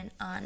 on